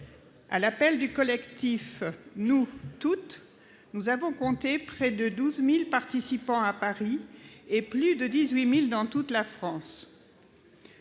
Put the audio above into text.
À l'appel du collectif « Nous Toutes !» ont répondu près de 12 000 participants à Paris et plus de 18 000 dans toute la France.